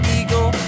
eagle